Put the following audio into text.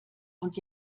und